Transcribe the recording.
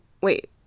Wait